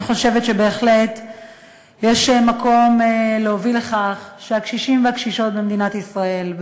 אני חושבת שיש מקום להוביל לכך שהקשישים והקשישות במדינת ישראל,